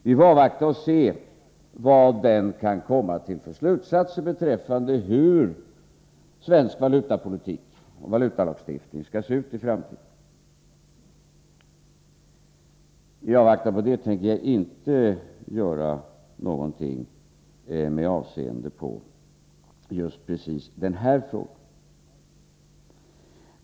Vi får se vad den kan komma till för slutsats beträffande hur den svenska valutapolitiken och valutaregleringen skall se ut i framtiden. I avvaktan på detta tänker jag inte göra någonting med avseende på just denna fråga.